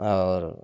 और